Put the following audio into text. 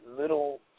little –